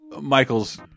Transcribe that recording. Michael's